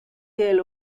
del